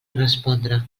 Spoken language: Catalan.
respondre